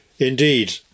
Indeed